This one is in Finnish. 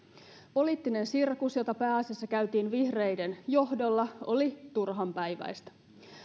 poliittinen sirkus jota pääasiassa käytiin vihreiden johdolla oli turhanpäiväistä